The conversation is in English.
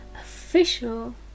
official